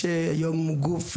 יש היום גוף,